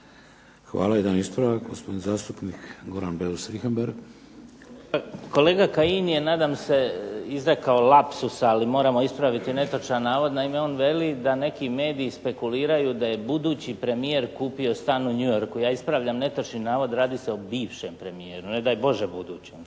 Hvala. Jedan ispravak, gospodin zastupnik Goran Beus Richembergh. **Beus Richembergh, Goran (HNS)** Kolega Kajin je nadam se izrekao lapsus, ali moramo ispraviti netočan navod. Naime, on veli da neki mediji spekuliraju da je budući premijer kupio stan u New Yorku. Ja ispravljam netočni navod, radi se o bivšem premijeru, ne daj Bože budućem.